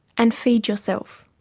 and feed yourself.